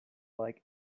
like